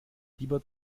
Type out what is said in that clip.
lieber